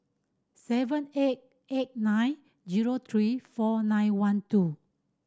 seven eight eight nine zero three four nine one two